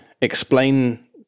explain